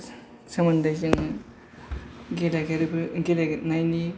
जोंनो जों गेलेनायनि